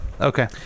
Okay